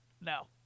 No